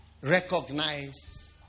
recognize